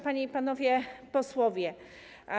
Panie i Panowie Posłowie!